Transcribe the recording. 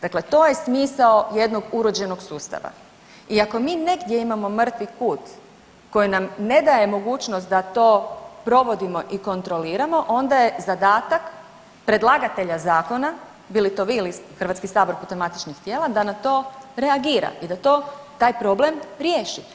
Dakle, to je smisao jednog urođenog sustava i ako mi negdje imamo mrtvi kut koji nam ne daje mogućnost da to provodimo i kontroliramo onda je zadatak predlagatelja zakona bili to vi ili Hrvatski sabor putem matičnih tijela da na to reagira i da to, taj problem riješi.